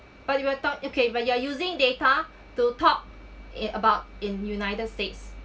but you will talk okay but you are using data to talk it about in united states